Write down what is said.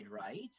right